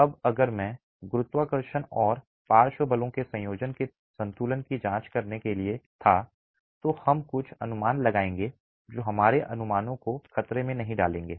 अब अगर मैं गुरुत्वाकर्षण और पार्श्व बलों के संयोजन के संतुलन की जांच करने के लिए था तो हम कुछ अनुमान लगाएंगे जो हमारे अनुमानों को खतरे में नहीं डालेंगे